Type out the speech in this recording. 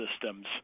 systems